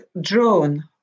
drone